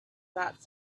without